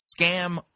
scam